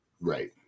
right